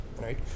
right